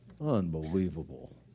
Unbelievable